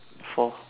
four